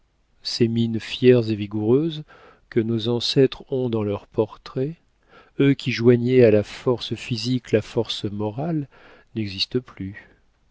ces mines fières et vigoureuses que nos ancêtres ont dans leurs portraits eux qui joignaient à la force physique la force morale n'existent plus